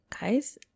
guys